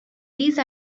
these